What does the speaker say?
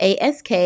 ask